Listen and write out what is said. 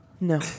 No